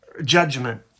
Judgment